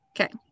Okay